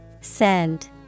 Send